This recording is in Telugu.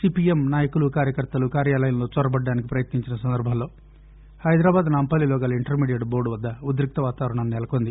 సిపిఎమ్ నాయకులు కార్యకర్తలు కార్యాలయంలోకి చొరబడ్లానికి ప్రయత్ని ంచిన సందర్బంలో హైదరాబాద్ నాంపల్లిలో గల ఇంటర్మీడియెట్ బోర్డు వద్ద ఉద్రిక్త వాతావరణం నెలకొంది